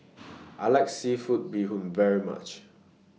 I like Seafood Bee Hoon very much